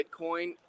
Bitcoin